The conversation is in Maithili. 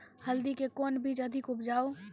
हल्दी के कौन बीज अधिक उपजाऊ?